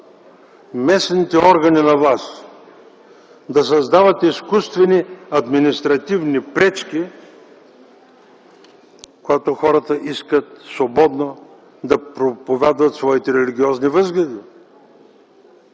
местните органи на власт да създават изкуствени административни пречки, когато хората искат свободно да проповядват своите религиозни възгледи.